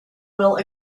will